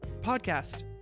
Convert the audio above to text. Podcast